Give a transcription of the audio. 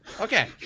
okay